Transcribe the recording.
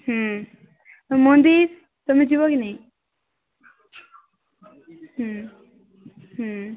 ହୁଁ ମନ୍ଦିର୍ ତମେ ଯିବ କି ନାଇ ହୁଁ ହୁଁ